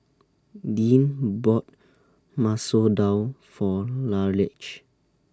Deane bought Masoor Dal For Raleigh